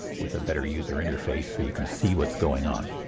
with a better user interface you can see what's going on.